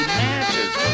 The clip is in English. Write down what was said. matches